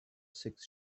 six